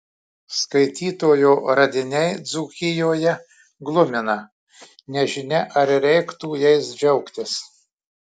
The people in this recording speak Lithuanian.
skaitytojo radiniai dzūkijoje glumina nežinia ar reiktų jais džiaugtis